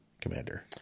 commander